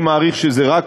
ואני מעריך שזה רק